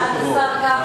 (הוראות שעה)